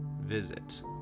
Visit